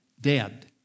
Dead